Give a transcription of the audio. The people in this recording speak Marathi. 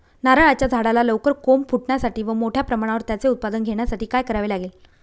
नारळाच्या झाडाला लवकर कोंब फुटण्यासाठी व मोठ्या प्रमाणावर त्याचे उत्पादन घेण्यासाठी काय करावे लागेल?